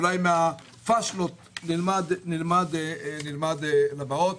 אולי מהפאשלות נלמד לבאות,